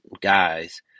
guys